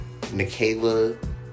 Nikayla